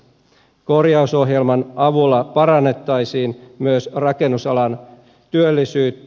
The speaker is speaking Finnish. korjausohjelman avulla parannettaisiin myös rakennusalan työllisyyttä